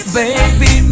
baby